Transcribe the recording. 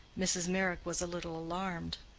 mrs. meyrick was a little alarmed.